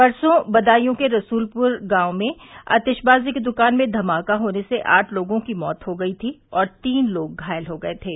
परसों बदायूं के रसूलपुर गांव में आतिशबाज़ी की दुकान में धमाका होने से आठ लोगों की मौत हो गई थी और तीन लोग घायल हो गये थे